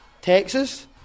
Texas